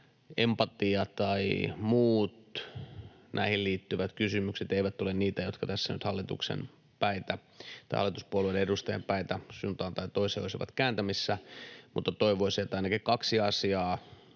empatia tai muut näihin liittyvät kysymykset eivät ole niitä, jotka tässä nyt hallituksen päitä tai hallituspuolueiden edustajien päitä suuntaan tai toiseen olisivat kääntämässä, mutta toivoisin, että ainakin kaksi asiaa